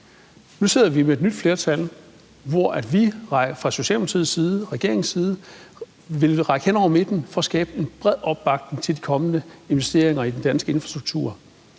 Nu sidder vi med et nyt flertal, hvor vi fra Socialdemokratiets side, regeringens side vil række hen over midten for at skabe en bred opbakning til de kommende investeringer i den danske infrastruktur.